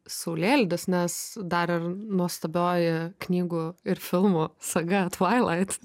saulėlydis nes dar ir nuostabioji knygų ir filmų saga tvailait